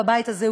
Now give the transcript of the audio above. בבית הזה,